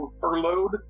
furloughed